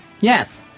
Yes